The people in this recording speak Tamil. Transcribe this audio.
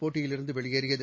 போட்டியிலிருந்து வெளியேறியது